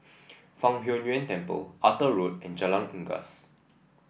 Fang Huo Yuan Temple Arthur Road and Jalan Unggas